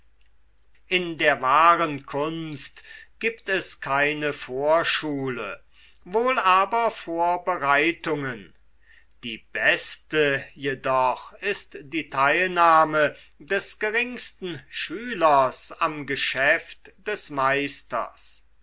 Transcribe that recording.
in der wahren kunst gibt es keine vorschule wohl aber vorbereitungen die beste jedoch ist die teilnahme des geringsten schülers am geschäft des meisters